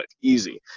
easy